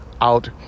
out